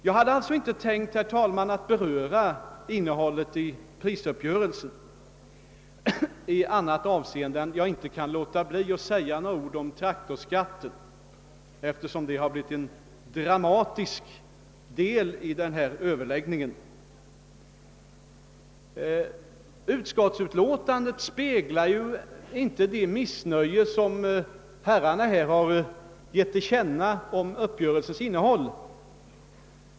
Jag hade alltså inte tänkt, herr talman, att beröra innehållet i prisuppgörelsen i annat avseende än att jag inte kan låta bli att säga några ord om traktorskatten, eftersom den har blivit en dramatisk del i denna överläggning. Utskottsutlåtandet speglar ju inte det missnöje som herrarna gett till känna om uppgörelsens innehåll.